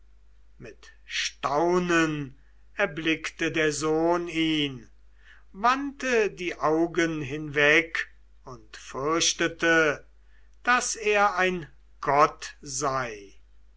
mit staunen erblickte der sohn ihn wandte die augen hinweg und fürchtete daß er ein gott sei